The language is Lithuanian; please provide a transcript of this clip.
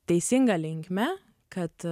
teisinga linkme kad